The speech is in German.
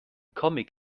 comic